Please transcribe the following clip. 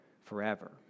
forever